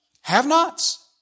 have-nots